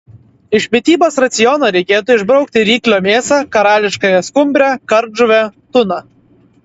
iš mitybos raciono reikėtų išbraukti ryklio mėsą karališkąją skumbrę kardžuvę tuną